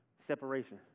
Separation